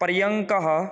पर्यङ्कः